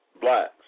blacks